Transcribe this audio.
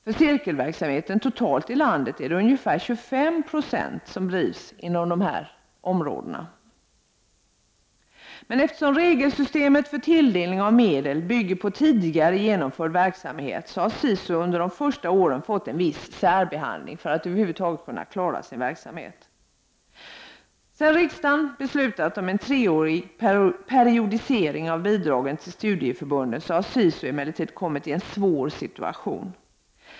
För cirkelverksamheten totalt i landet är det ungefär 25 90 som bedrivs inom dessa områden. Eftersom regelsystemet för tilldelning av medel bygger på tidigare genomförd verksamhet, har SISU under de första åren fått en viss särbehandling för att över huvud taget kunna klara sin verksamhet. Sedan riksdagen beslutat om en treårig periodisering av bidragen till studieförbunden, har SISU emellertid kommit i en svår situation.